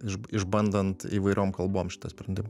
išbandant įvairiom kalbom šitą sprendimą